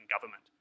government